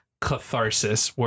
catharsis